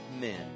men